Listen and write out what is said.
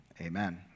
amen